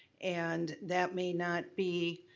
and that may not be,